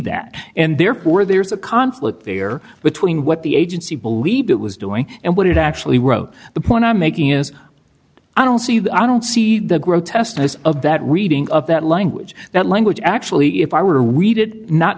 that and therefore there's a conflict there between what the agency believed it was doing and what it actually wrote the point i'm making it i don't see that i don't see the grotesqueness of that reading of that language that language actually if i were